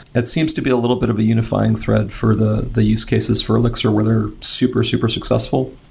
it seems to be a little bit of a unifying thread for the the use cases for elixir, whether super, super successful.